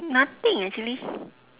nothing actually